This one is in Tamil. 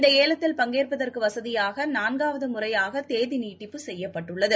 இந்தஏலத்தில் பங்கேற்பதற்குவசதியாகநான்காவதுமுறையாகதேதிநீட்டிப்பு செய்யப்பட்டுள்ளது